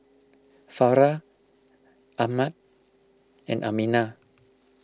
Farah Ahmad and Aminah